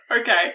Okay